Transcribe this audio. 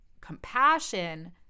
compassion